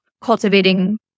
cultivating